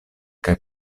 kaj